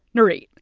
nurith,